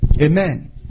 Amen